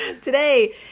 Today